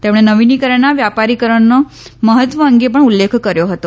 તેમણે નવીનીકરણના વ્યાપારીકરણનો મહત્વ અંગે પણ ઉલ્લેખ કર્યો હતો